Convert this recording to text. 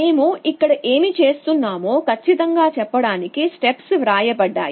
మేము ఇక్కడ ఏమి చేస్తున్నామో ఖచ్చితంగా చెప్పడానికి స్టెప్స్ వ్రాయబడ్డాయి